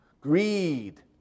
greed